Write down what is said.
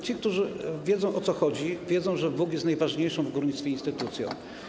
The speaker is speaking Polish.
Ci, którzy wiedzą, o co chodzi, wiedzą, że WUG jest najważniejszą w górnictwie instytucją.